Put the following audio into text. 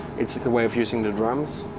it's a way of using the drums.